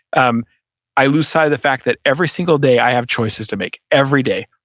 um i lose sight of the fact that every single day i have choices to make every day,